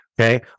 Okay